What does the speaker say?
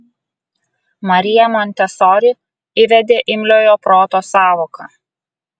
marija montesori įvedė imliojo proto sąvoką